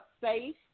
safe